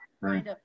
right